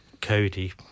Cody